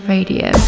Radio